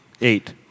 Eight